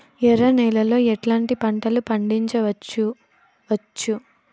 ఎర్ర నేలలో ఎట్లాంటి పంట లు పండించవచ్చు వచ్చు?